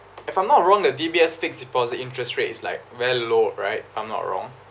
if I'm not wrong the D_B_S fixed deposit interest rate is like very low right I'm not wrong